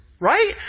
Right